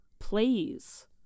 Please